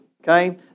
okay